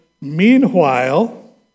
meanwhile